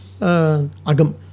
Agam